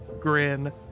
grin